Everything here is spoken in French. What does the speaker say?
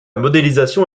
modélisation